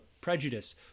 prejudice